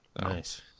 nice